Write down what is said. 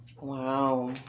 wow